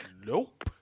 Nope